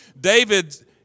David